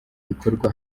bikorwa